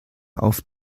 auf